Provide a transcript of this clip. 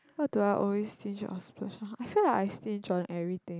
what do I always stinge or splurge on I feel like I stinge on everything